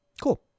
cool